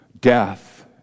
death